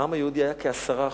העם היהודי היה כ-10%.